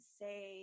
say